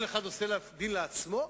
כל אחד עושה דין לעצמו?